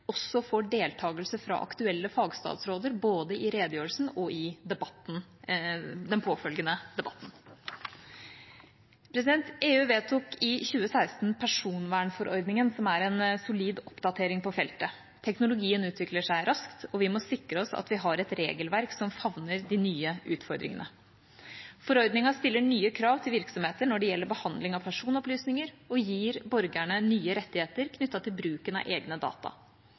også får deltakelse fra aktuelle fagstatsråder, både i redegjørelsen og i den påfølgende debatten. EU vedtok i 2016 personvernforordningen, som er en solid oppdatering på feltet. Teknologien utvikler seg raskt, og vi må sikre oss at vi har et regelverk som favner de nye utfordringene. Forordningen stiller nye krav til virksomheter når det gjelder behandling av personopplysninger, og gir borgerne nye rettigheter knyttet til bruken av egne data.